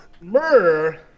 Murder